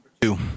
two